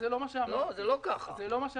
זה לא מה שאמרתי.